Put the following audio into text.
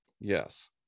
Yes